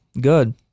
good